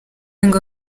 ngo